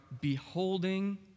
beholding